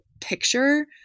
picture